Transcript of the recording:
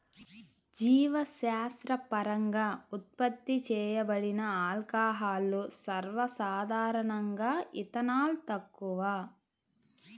జీవశాస్త్రపరంగా ఉత్పత్తి చేయబడిన ఆల్కహాల్లు, సర్వసాధారణంగాఇథనాల్, తక్కువ